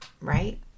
right